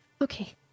Okay